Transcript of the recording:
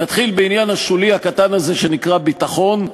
נתחיל בעניין השולי, הקטן הזה, שנקרא ביטחון.